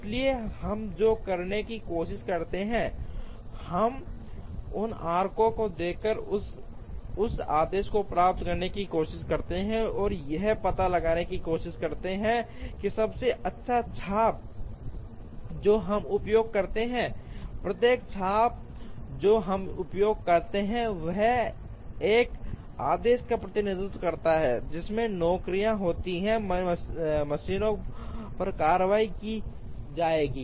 इसलिए हम जो करने की कोशिश करते हैं हम इन आर्कों को देखकर उस आदेश को प्राप्त करने की कोशिश करते हैं और यह पता लगाने की कोशिश करते हैं सबसे अच्छा चाप जो हम उपयोग करते हैं प्रत्येक चाप जो हम उपयोग करते हैं वह एक आदेश का प्रतिनिधित्व करता है जिसमें नौकरियां होती हैं मशीनों पर कार्रवाई की जाएगी